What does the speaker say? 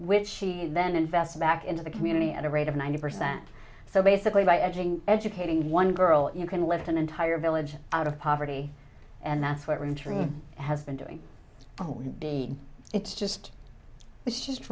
which she then invest back into the community at a rate of ninety percent so basically by edging educating one girl you can lift an entire village out of poverty and that's what reentry has been doing be it's just it's just